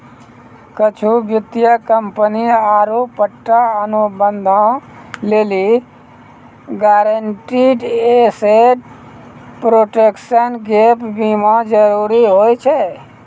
कुछु वित्तीय कंपनी आरु पट्टा अनुबंधो लेली गारंटीड एसेट प्रोटेक्शन गैप बीमा जरुरी होय छै